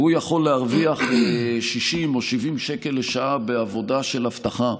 והוא יכול להרוויח 60 או 70 שקל לשעה בעבודה של אבטחה,